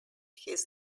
his